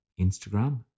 Instagram